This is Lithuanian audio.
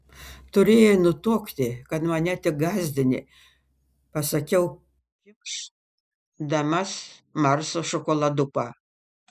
turėjai nutuokti kad mane tik gąsdini pasakiau kimš damas marso šokoladuką